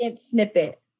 Snippet